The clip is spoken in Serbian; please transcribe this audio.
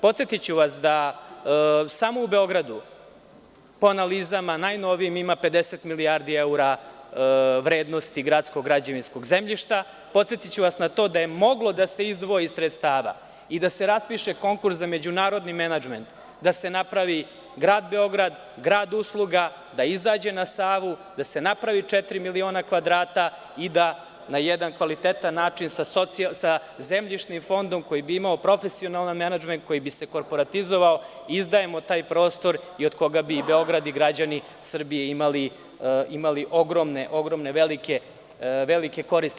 Podsetiću vas da samo u Beogradu po analizama, najnovijim, ima 50 milijardi evra vrednosti gradskog građevinskog zemljišta i podsetiću vas na to da je moglo da se izdvoji sredstava i da se raspiše konkurs za međunarodni menadžment, da se napravi grad Beograd, grad usluga, da izađe na Savu, da se napravi četiri miliona kvadrata i da na jedan kvalitetan način sa zemljišnim fondom koji bi imao profesionalni menadžment, koji bi se korporatizovao, izdajemo taj prostor i od koga bi Beograd i građani Srbije imali velike koristi.